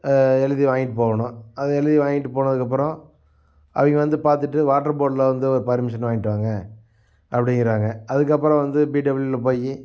எழுதி வாங்கிட்டு போகணும் அதை எழுதி வாங்கிட்டுப் போனதுக்கு அப்புறம் அவங்க வந்து பார்த்துட்டு வாட்டர் போர்டில் வந்து ஒரு பர்மிஷன் வாங்கிட்டு வாங்க அப்படிங்கிறாங்க அதுக்கப்புறம் வந்து பிடபுள்யூவில் போய்